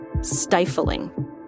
stifling